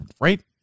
right